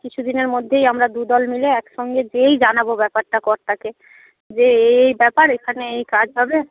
কিছু দিনের মধ্যেই আমরা দু দল মিলে একসঙ্গে গিয়েই জানাব ব্যাপারটা কর্তাকে যে এই এই ব্যাপার এখানে এই কাজ হবে